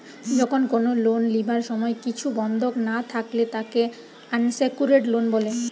যখন কোনো লোন লিবার সময় কিছু বন্ধক না থাকলে তাকে আনসেক্যুরড লোন বলে